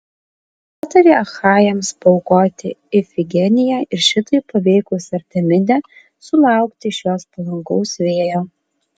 patarė achajams paaukoti ifigeniją ir šitaip paveikus artemidę sulaukti iš jos palankaus vėjo